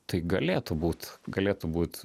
tai galėtų būt galėtų būt